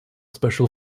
special